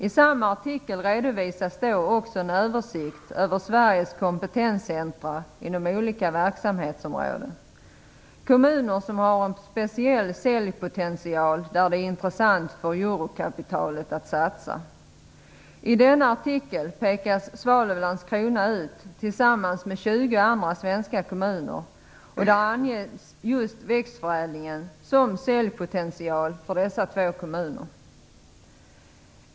I samma artikel redovisades också en översikt över Sveriges kompetenscentra inom olika verksamhetsområden, dvs. kommuner som har en speciell säljpotential och där det är intressant för europkapitalet att satsa. I denna artikel pekas Svalöv och Landskrona tillsammans med 20 andra svenska kommuner ut. Just växtförädlingen anges som säljpotential för dessa två kommuner.